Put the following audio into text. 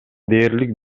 дээрлик